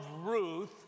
Ruth